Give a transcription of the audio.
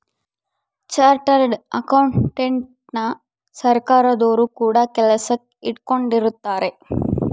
chartered ಅಕೌಂಟೆಂಟನ ಸರ್ಕಾರದೊರು ಕೂಡ ಕೆಲಸಕ್ ಇಟ್ಕೊಂಡಿರುತ್ತಾರೆ